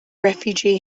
refugee